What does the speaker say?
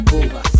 over